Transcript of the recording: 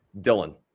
Dylan